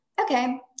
Okay